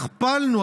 הכפלנו,